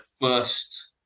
first